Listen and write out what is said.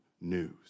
news